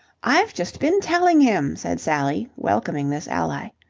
i've just been telling him, said sally, welcoming this ally,